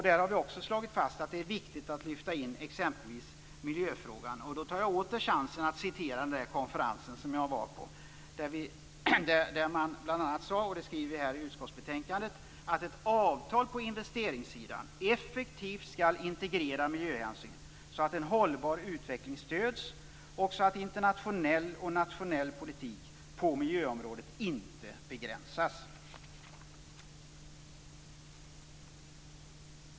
Där har vi också slagit fast att det är viktigt att lyfta in exempelvis miljöfrågan. Då tar jag åter chansen att citera från den konferens som jag var på och där man bl.a. sade, som vi skriver i utskottsbetänkandet, att "ett avtal på investeringssidan effektivt skall integrera miljöhänsyn så att en hållbar utveckling stöds och så att internationell och nationell politik på miljöområdet inte begränsas".